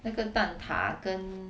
那个蛋挞跟